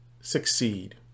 succeed